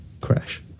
crash